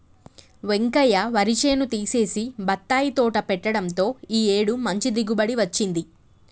వెంకయ్య వరి చేను తీసేసి బత్తాయి తోట పెట్టడంతో ఈ ఏడు మంచి దిగుబడి వచ్చింది